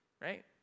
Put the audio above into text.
right